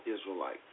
Israelites